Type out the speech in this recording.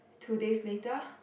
two days later